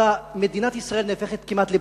מדינת ישראל נהפכת כמעט לבדיחה.